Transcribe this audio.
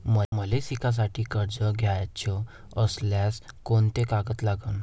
मले शिकासाठी कर्ज घ्याचं असल्यास कोंते कागद लागन?